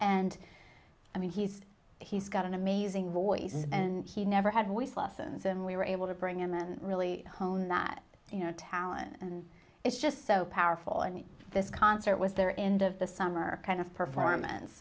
and i mean he's he's got an amazing voice and he never had least lessons and we were able to bring him and really hone that you know talent and it's just so powerful and this concert was there end of the summer kind of performance